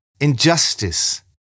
injustice